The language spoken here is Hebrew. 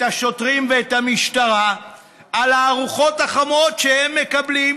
השוטרים ואת המשטרה על הארוחות החמות שהם מקבלים.